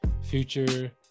Future